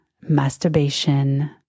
masturbation